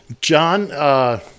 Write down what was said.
John